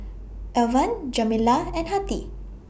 Alvan Jamila and Hattie